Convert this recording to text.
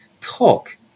talk